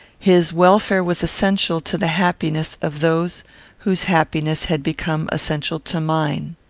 his welfare was essential to the happiness of those whose happiness had become essential to mine.